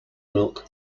milk